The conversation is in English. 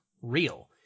real